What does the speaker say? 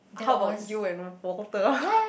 how about you and Walter